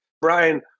Brian